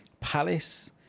Palace